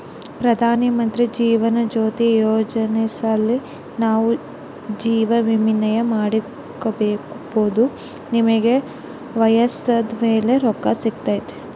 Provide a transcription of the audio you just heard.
ಪ್ರಧಾನಮಂತ್ರಿ ಜೀವನ ಜ್ಯೋತಿ ಯೋಜನೆಲಾಸಿ ನಾವು ಜೀವವಿಮೇನ ಮಾಡಿಕೆಂಬೋದು ನಮಿಗೆ ವಯಸ್ಸಾದ್ ಮೇಲೆ ರೊಕ್ಕ ಸಿಗ್ತತೆ